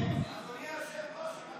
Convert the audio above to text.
אדוני היושב-ראש.